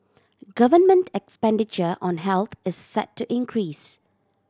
government expenditure on health is set to increase